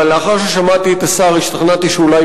אבל לאחר ששמעתי את השר השתכנעתי שאולי